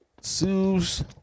sues